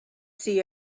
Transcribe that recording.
see